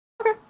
Okay